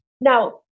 Now